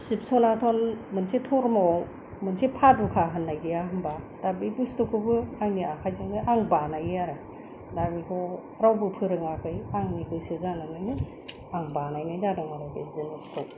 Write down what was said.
सिबटलाचल मोनसे धरम' मोनसे फादुखा होननाय गैया होनबा बे बस्तुखौबो आंनि आखाइजोंनो आं बानायो आरो दा बेखौ रावबो फोरोङाखै आंनि गोसो जानानैनो आं बानायनाय जादों आरो बे जिनिसखौ